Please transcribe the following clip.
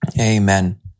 Amen